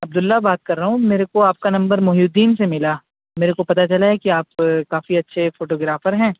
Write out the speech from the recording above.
عبد اللہ بات کر رہا ہوں میرے کو آپ کا نمبر محی الدین سے ملا میرے کو پتہ چلا ہے کہ آپ کافی اچھے فوٹو گرافر ہیں